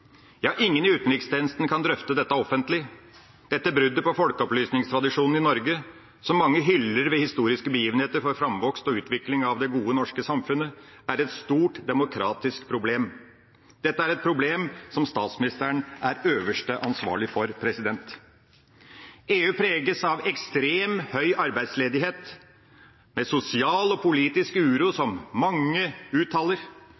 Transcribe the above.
Ja, ingen i utenrikstjenesten kan drøfte dette offentlig. Dette bruddet på folkeopplysningstradisjonen i Norge, som mange hyller ved historiske begivenheter for framvekst og utvikling av det gode, norske samfunnet, er et stort demokratisk problem. Dette er et problem som statsministeren er øverste ansvarlig for. EU preges av ekstrem høy arbeidsledighet, med sosial og politisk uro som mange uttaler.